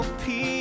peace